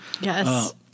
Yes